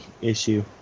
issue